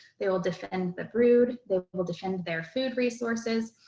they will defend the brood, they will defend their food resources.